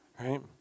Right